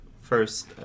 first